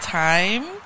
time